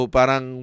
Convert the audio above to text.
parang